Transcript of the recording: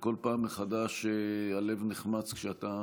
כל פעם מחדש הלב נחמץ כשאתה